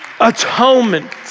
Atonement